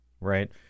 right